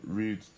read